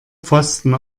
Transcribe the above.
pfosten